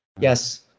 Yes